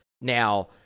Now